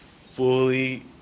fully